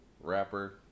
rapper